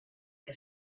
que